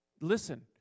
Listen